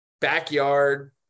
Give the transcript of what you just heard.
backyard